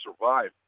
survive